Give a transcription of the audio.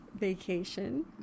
vacation